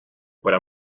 para